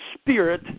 spirit